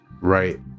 right